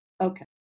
okay